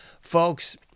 Folks